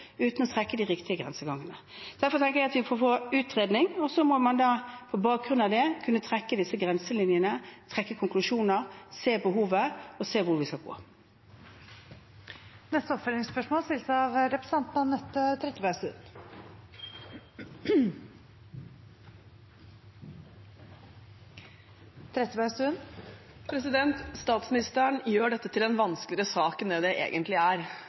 uten å trekke de riktige grensegangene. Derfor tenker jeg at vi bør få en utredning, og så må man på bakgrunn av det kunne trekke disse grenselinjene, trekke konklusjoner, se behovet og se hvor vi skal gå. Anette Trettebergstuen – til oppfølgingsspørsmål. Statsministeren gjør dette til en vanskeligere sak enn det det egentlig er.